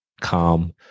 calm